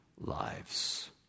lives